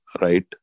right